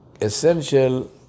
essential